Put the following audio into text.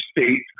state